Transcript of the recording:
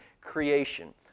creation